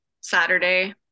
saturday